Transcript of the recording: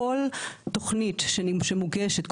כל תוכנית שמוגשת,